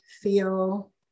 feel